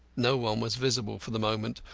no one was visible for the moment,